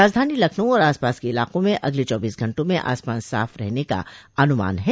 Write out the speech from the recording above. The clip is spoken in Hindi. राजधानी लखनऊ और आस पास के इलाकों में अगले चौबीस घंटों में आसमान साफ रहने का अन्मान है